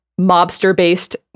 mobster-based